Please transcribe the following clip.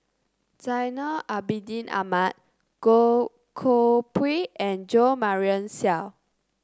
Zainal Abidin Ahmad Goh Koh Pui and Jo Marion Seow